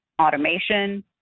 Automation